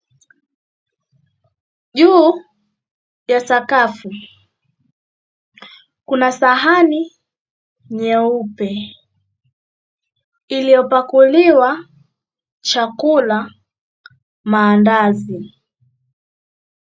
Juu ya sakafu, kuna sahani nyeupe. Iliyopakuliwa chakula, maandazi.